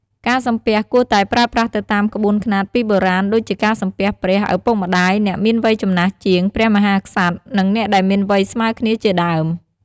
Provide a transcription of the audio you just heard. ការសំពះគួរតែប្រើប្រាស់ទៅតាមក្បួនខ្នាតពីបុរាណដូចជាការសំពះព្រះ ឪពុកម្តាយ អ្នកមានវ័យចំណាស់ជាង ព្រះមហាក្សត្រ និងអ្នកដែលមានវ័យស្មើគ្នាជាដើម។